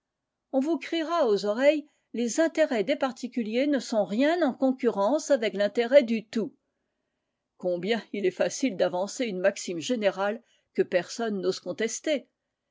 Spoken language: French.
on vous criera aux oreilles les intérêts des particuliers ne sont rien en concurrence avec l'intérêt du tout combien il est facile d'avancer une maxime générale que personne n'ose contester